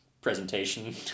presentation